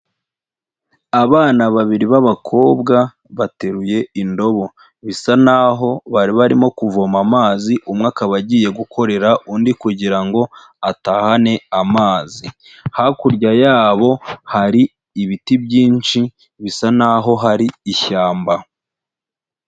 Abana babiri b'abakobwa bateruye indobo. Bisa naho bari barimo kuvoma amazi, umwe akaba agiye gukorera undi kugira ngo atahane amazi. Hakurya yabo, hari ibiti byinshi, bisa naho hari ishyamba.